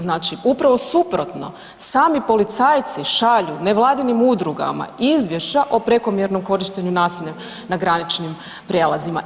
Znači upravo suprotno, sami policajci šalju nevladinim udrugama izvješća o prekomjernom korištenju nasilja na graničnim prijelazima.